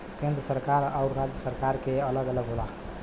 केंद्र सरकार आउर राज्य सरकार के कर अलग अलग होला